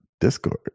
discord